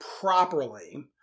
properly